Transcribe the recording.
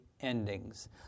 endings